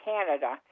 Canada